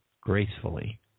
gracefully